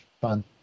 fun